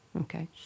Okay